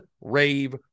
rave